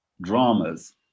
dramas